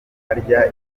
arya